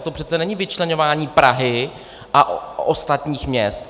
To přece není vyčleňování Prahy a ostatních měst.